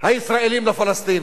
הישראלים לפלסטינים,